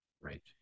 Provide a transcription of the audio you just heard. Right